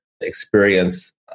experience